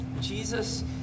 Jesus